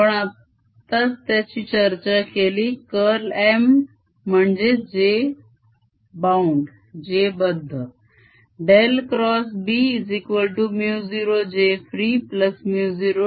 आपण आताच त्याची चर्चा केली curl M म्हणजे j बद्ध